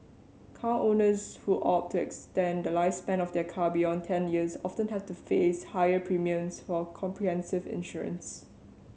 car owners who opt to extend the lifespan of their car beyond ten years often have to face higher premiums for comprehensive insurance